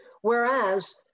Whereas